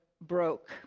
broke